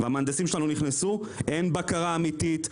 והמהנדסים שלנו נכנסו אין בקרה אמיתית.